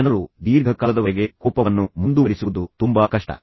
ಜನರು ದೀರ್ಘಕಾಲದವರೆಗೆ ಕೋಪವನ್ನು ಮುಂದುವರಿಸುವುದು ತುಂಬಾ ಕಷ್ಟ